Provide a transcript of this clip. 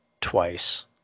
twice